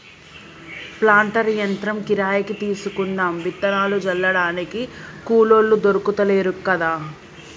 planter యంత్రం కిరాయికి తీసుకుందాం విత్తనాలు జల్లడానికి కూలోళ్లు దొర్కుతలేరు కదా